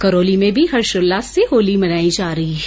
करौली में भी हर्षोल्लास से होली मनाई जा रही है